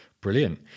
Brilliant